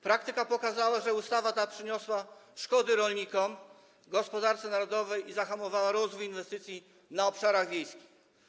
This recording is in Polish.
Praktyka pokazała, że ta ustawa przyniosła szkody rolnikom, gospodarce narodowej i zahamowała rozwój inwestycji na obszarach wiejskich.